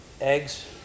eggs